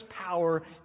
power